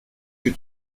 que